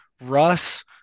Russ